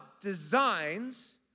designs